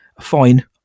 fine